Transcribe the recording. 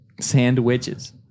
Sandwiches